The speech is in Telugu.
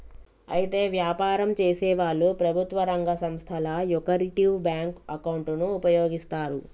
అయితే వ్యాపారం చేసేవాళ్లు ప్రభుత్వ రంగ సంస్థల యొకరిటివ్ బ్యాంకు అకౌంటును ఉపయోగిస్తారు